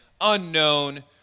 unknown